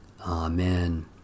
Amen